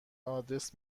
آدرس